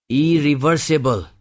irreversible